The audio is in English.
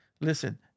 listen